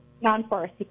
non-forest